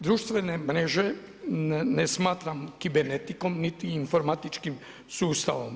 Društvene mreže ne smatram kibernetikom niti informatičkim sustavom.